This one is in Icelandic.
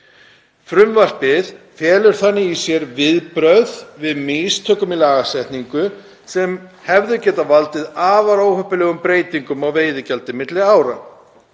Frumvarpið felur þannig í sér viðbrögð við mistökum í lagasetningu sem hefðu getað valdið afar óheppilegum breytingum á veiðigjaldi milli ára.